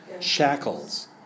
Shackles